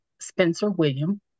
Spencer-William